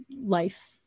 life